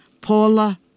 Paula